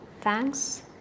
Thanks